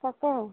তাকেহে